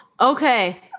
okay